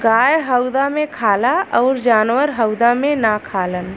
गाय हउदा मे खाला अउर जानवर हउदा मे ना खालन